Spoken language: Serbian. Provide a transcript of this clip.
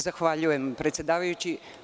Zahvaljujem predsedavajući.